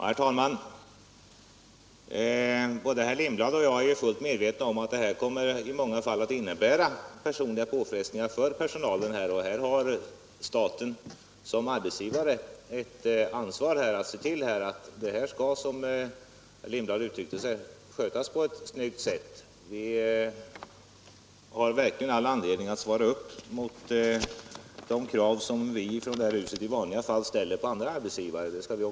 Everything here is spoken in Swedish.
Herr talman! Både herr Lindblad och jag är fullt medvetna om att det här i många fall kommer att innebära personliga påfrestningar för personalen, och här har staten som arbetsgivare ett ansvar att se till att det, som herr Lindblad uttryckte sig, sköts på ett snyggt sätt. Vi har verkligen all anledning att svara upp mot de krav som vi i detta hus i vanliga fall ställer på andra arbetsgivare.